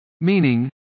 Meaning